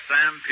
Sam